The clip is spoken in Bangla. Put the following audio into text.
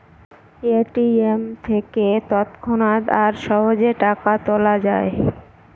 এ.টি.এম থেকে তৎক্ষণাৎ আর সহজে টাকা তোলা যায়